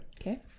Okay